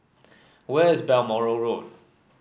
where is Balmoral Road